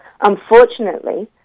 Unfortunately